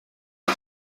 cya